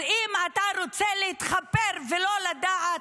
אז אם אתה רוצה להתחפר ולא לדעת,